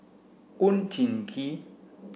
Oon Jin Gee